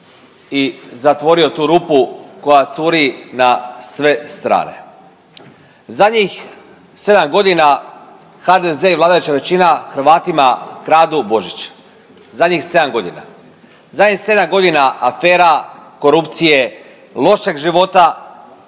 i zatvorio tu rupu koja curi na sve strane. Zadnjih sedam godina HDZ i vladajuća većina Hrvatima kradu Božić, zadnjih sedam godina. Zadnjih sedam godina afera, korupcije, lošeg života,